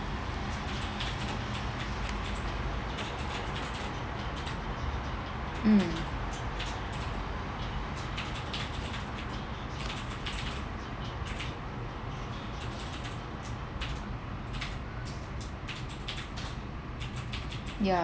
mm ya